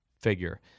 figure –